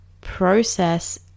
process